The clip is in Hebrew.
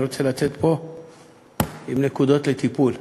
אני רוצה לצאת מפה עם נקודות לטיפול,